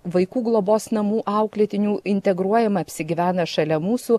vaikų globos namų auklėtinių integruojama apsigyvena šalia mūsų